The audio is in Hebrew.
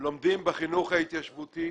לומדים בחינוך ההתיישבותי.